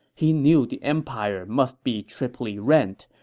he knew the empire must be triply rent,